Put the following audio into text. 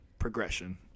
progression